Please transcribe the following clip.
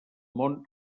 món